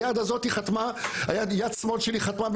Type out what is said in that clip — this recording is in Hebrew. היד הזאת חתמה, יד שמאל שלי חתמה.